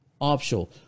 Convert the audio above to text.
optional